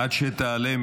עד שתעלה,